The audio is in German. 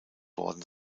worden